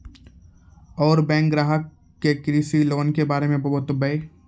और बैंक ग्राहक के कृषि लोन के बारे मे बातेबे?